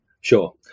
Sure